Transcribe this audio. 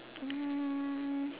um